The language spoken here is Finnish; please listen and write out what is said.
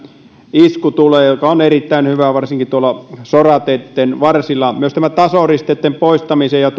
tulee mikä on erittäin hyvä varsinkin tuolla sorateitten varsilla myös tasoristeysten poistamiseen ja